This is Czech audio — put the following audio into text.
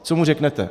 Co mu řeknete?